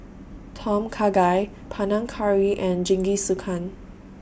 Tom Kha Gai Panang Curry and Jingisukan